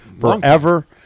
forever